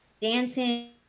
dancing